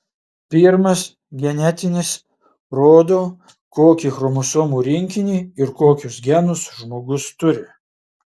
pirmas genetinis rodo kokį chromosomų rinkinį ir kokius genus žmogus turi